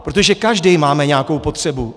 Protože každý máme nějakou potřebu.